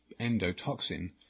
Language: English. endotoxin